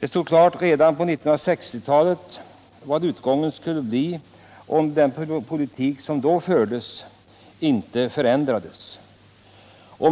Det stod klart redan på 1960-talet vilken utgången skulle bli, om den politik som då fördes inte förändrades.